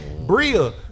Bria